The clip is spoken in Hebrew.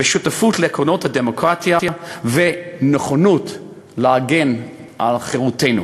שותפות לעקרונות הדמוקרטיה ונכונות להגן על חירותנו.